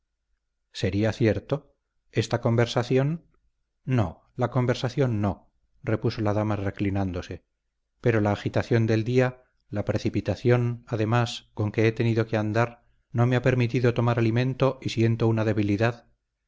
será cierto esta conversación no la conversación no repuso la dama reclinándose pero la agitación del día la precipitación además con que he tenido que andar no me ha permitido tomar alimento y siento una debilidad